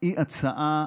היא הצעה